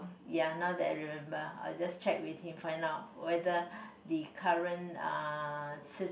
ya now that I remember I'll just check with him find out whether the current uh